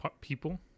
people